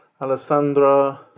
Alessandra